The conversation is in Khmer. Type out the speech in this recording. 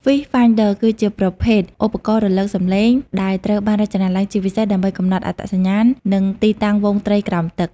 Fish Finder គឺជាប្រភេទ ឧបករណ៍រលកសំឡេង ដែលត្រូវបានរចនាឡើងជាពិសេសដើម្បីកំណត់អត្តសញ្ញាណ និងទីតាំងហ្វូងត្រីក្រោមទឹក។